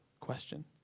question